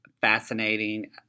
fascinating